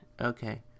Okay